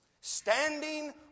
Standing